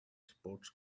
sports